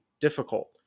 difficult